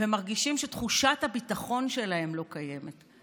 ומרגישים שתחושת הביטחון שלהם לא קיימת,